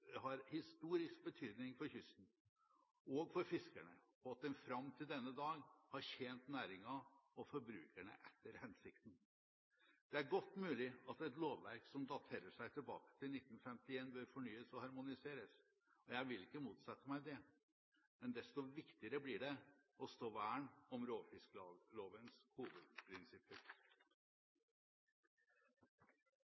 har historisk betydning for kysten og for fiskerne, og at den fram til denne dag har tjent næringen og forbrukerne etter hensikten. Det er godt mulig at et lovverk som daterer seg tilbake til 1951, bør fornyes og harmoniseres – jeg vil ikke motsette meg det – men desto viktigere blir det å verne om råfisklovens hovedprinsipper.